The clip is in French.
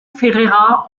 ferreira